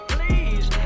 Please